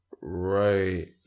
Right